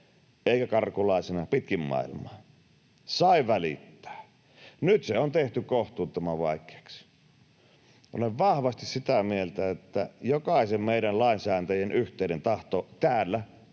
eikä karkulaisena pitkin maailmaa, sai välittää. Nyt se on tehty kohtuuttoman vaikeaksi. Olen vahvasti sitä mieltä, että jokaisen meidän lainsäätäjän yhteinen tahto täällä